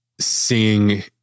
seeing